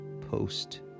post